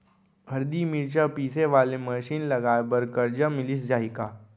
हरदी, मिरचा पीसे वाले मशीन लगाए बर करजा मिलिस जाही का?